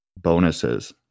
bonuses